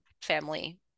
family